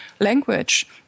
language